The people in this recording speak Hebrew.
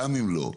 גם אם לא,